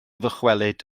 ddychwelyd